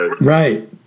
right